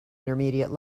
intermediate